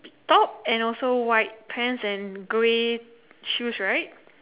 top and also white pants and grey shoes right